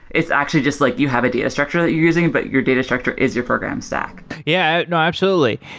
it's actually just like you have a data structure that you're using, but your data structure is your program stack yeah. no, absolutely.